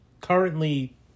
currently